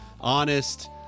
honest